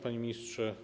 Panie Ministrze!